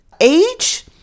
Age